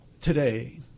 today